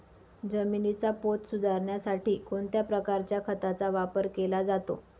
जमिनीचा पोत सुधारण्यासाठी कोणत्या प्रकारच्या खताचा वापर केला जातो?